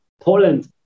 Poland